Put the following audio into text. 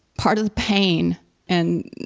part of the pain and,